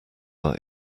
are